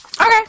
Okay